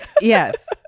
yes